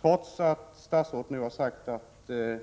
Trots att statsrådet nu har sagt att det